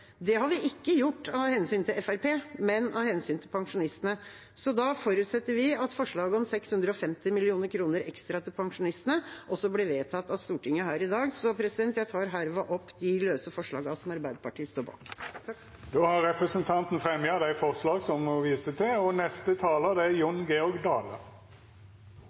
Det har vi ikke gjort av hensyn til Fremskrittspartiet, men av hensyn til pensjonistene, så da forutsetter vi at forslaget om 650 mill. kr ekstra til pensjonistene også blir vedtatt av Stortinget her i dag. Jeg tar herved opp de løse forslagene Arbeiderpartiet står bak. Representanten Lise Christoffersen har teke opp dei forslaga ho refererte til. Framstegspartiet er veldig fornøgd med dei vedtaka som vi kjem til